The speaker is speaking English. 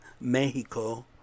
Mexico